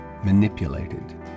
manipulated